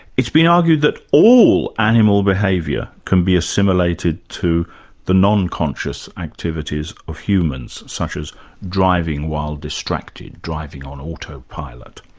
it's been argued that all animal behaviour can be assimilated to the non-conscious activities of humans, such as driving while distracted, driving on auto-pilot.